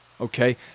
okay